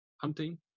hunting